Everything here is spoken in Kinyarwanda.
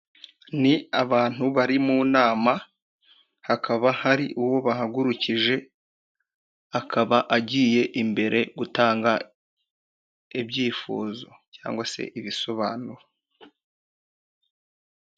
Ni abantu bari mu nama hakaba hari uwo bahagurukije, akaba agiye imbere gutanga ibyifuzo cyangwa se ibisobanuro.